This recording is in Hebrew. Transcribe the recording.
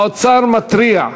האוצר מתריע: